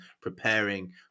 preparing